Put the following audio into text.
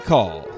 Call